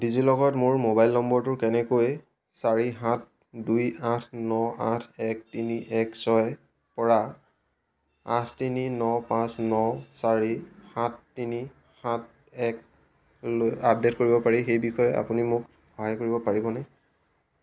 ডিজিলকাৰত মোৰ মোবাইল নম্বৰটো কেনেকৈ চাৰি সাত দুই আঠ ন আঠ এক তিনি এক ছয়ৰপৰা আঠ তিনি ন পাঁচ ন চাৰি সাত তিনি সাত একলৈ আপডেট কৰিব পাৰি সেই বিষয়ে আপুনি মোক সহায় কৰিব পাৰিবনে